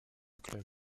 club